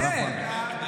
לא לא לא,